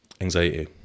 anxiety